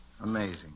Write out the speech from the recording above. Amazing